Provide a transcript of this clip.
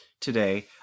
today